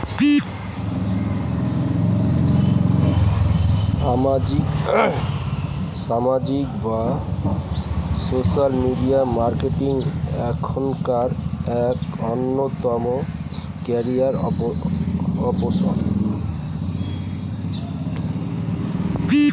সামাজিক বা social media marketing এখনকার এক অন্যতম ক্যারিয়ার অপশন